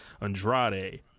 Andrade